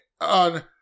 on